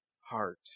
heart